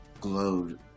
glowed